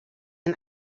een